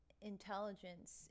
intelligence